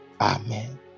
Amen